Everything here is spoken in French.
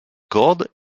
cordes